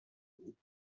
und